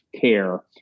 care